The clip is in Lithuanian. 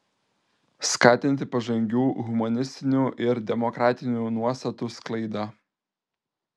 skatinti pažangių humanistinių ir demokratinių nuostatų sklaidą